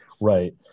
Right